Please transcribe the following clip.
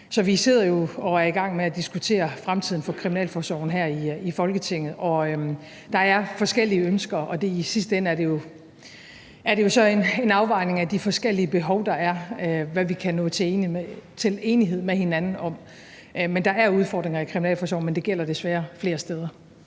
Så vi sidder jo og er i gang med at diskutere fremtiden for kriminalforsorgen her i Folketinget, og der er forskellige ønsker, og i sidste ende er det jo så en afvejning af de forskellige behov, der er, der afgør, hvad vi kan nå til enighed med hinanden om. Men der er udfordringer i kriminalforsorgen, og det gælder desværre flere steder.